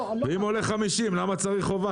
אם זה עולה 50 שקל אז למה צריך לקבוע חובה?